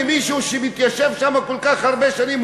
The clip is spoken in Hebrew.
חבר הכנסת חנין.